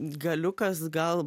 galiukas gal